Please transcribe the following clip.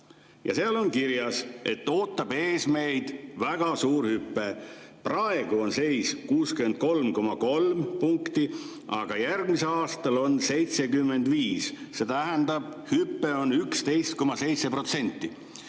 Ja seal on kirjas, et meid ootab ees väga suur hüpe. Praegu on seis 63,3 punkti, aga järgmisel aastal on 75, see tähendab hüpe on 11,7%.